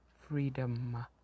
freedom